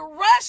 rush